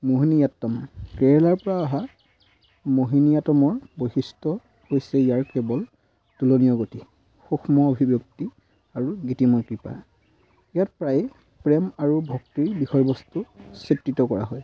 মোহিনীঅট্টম কেৰেলাৰপৰা অহা মোহিনীঅট্টম বৈশিষ্ট্য হৈছে ইয়াৰ কেৱল তলনীয় গতি সূক্ষ্ম অভিভ্যক্তি আৰু গীতিময় কৃপা ইয়াত প্ৰায়ে প্ৰেম আৰু ভক্তিৰ বিষয়বস্তু চিত্ৰিত কৰা হয়